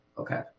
Okay